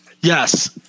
Yes